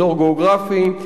אזור גיאוגרפי,